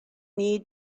need